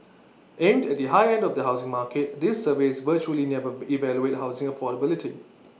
aimed at the high end of the housing market these surveys virtually never evaluate housing affordability